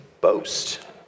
boast